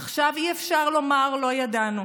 עכשיו אי-אפשר לומר: לא ידענו.